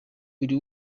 buri